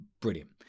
brilliant